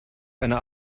eine